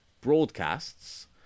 broadcasts